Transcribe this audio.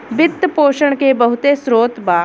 वित्त पोषण के बहुते स्रोत बा